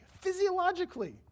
physiologically